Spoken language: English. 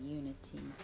unity